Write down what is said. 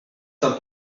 saint